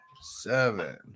seven